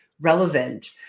relevant